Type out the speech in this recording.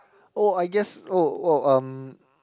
oh I guess oh oh um